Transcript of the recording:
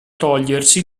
togliersi